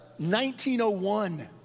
1901